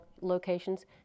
locations